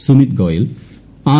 Sumith Goyal R